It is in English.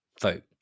vote